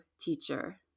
teacher